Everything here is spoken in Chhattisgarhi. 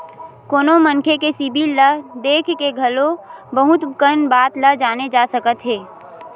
कोनो मनखे के सिबिल ल देख के घलो बहुत कन बात ल जाने जा सकत हे